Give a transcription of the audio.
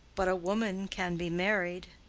but a woman can be married.